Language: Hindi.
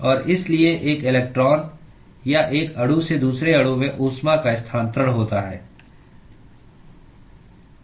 और इसलिए एक इलेक्ट्रॉन या एक अणु से दूसरे अणु में ऊष्मा का स्थानांतरण होता है